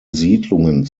siedlungen